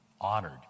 honored